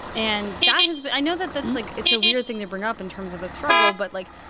and that has been i know that that's, like it's a weird thing to bring up in terms of a struggle. but, like,